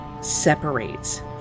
separates